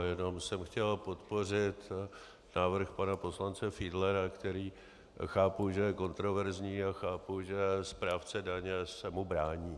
Jenom jsem chtěl podpořit návrh pana poslance Fiedlera, který chápu, že je kontroverzní, a chápu, že správce daně se mu brání.